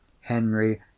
henry